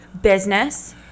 business